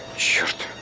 should